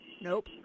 Nope